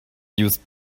use